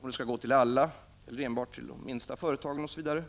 om de skall gå till alla eller enbart till de minsta företagen, osv.